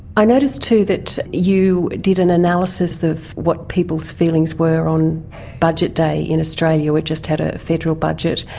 i notice too that you did an analysis of what people's feelings were on budget day in australia, we've just had a federal budget.